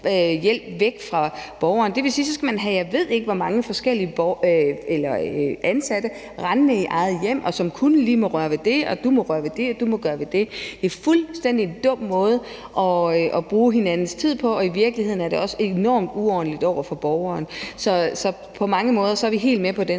hjælp væk fra borgeren. Det vil sige, at så skal man have, jeg ved ikke hvor mange forskellige ansatte rendende i eget hjem, som kun lige må røre ved dét, sådan du må røre ved dét, og du må gøre ved dét. Det er en fuldstændig dum måde at bruge hinandens tid på, og i virkeligheden er det også enormt uordentligt over for borgeren. Så på mange måder er vi helt med på den.